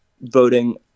voting